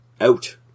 out